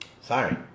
sorry